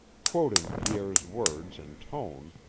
quoting pierre's words and tone,